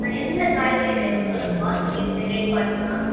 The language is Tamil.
ஆ என்ன காய்கறி வேணும் சொல்லுங்கம்மா அதுக்கு ஏற்ற மாரி ரேட் பார்த்துக்கலாம்